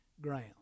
ground